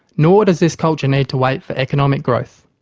nor does this culture need to wait for economic growth.